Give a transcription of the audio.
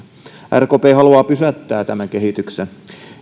rkp haluaa pysäyttää tämän kehityksen